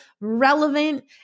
relevant